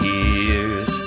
Tears